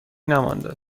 نمانده